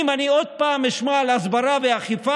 אם אני עוד פעם אשמע על ההסברה והאכיפה,